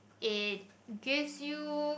it gives you